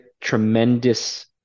tremendous